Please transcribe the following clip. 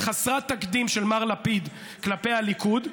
חסרת תקדים של מר לפיד כלפי הליכוד,